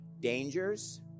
dangers